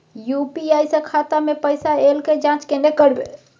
UPI स खाता मे पैसा ऐल के जाँच केने करबै?